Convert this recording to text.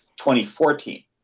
2014